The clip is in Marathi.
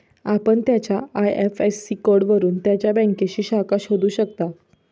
आपण त्याच्या आय.एफ.एस.सी कोडवरून त्याच्या बँकेची शाखा शोधू शकता